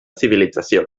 civilització